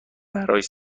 براش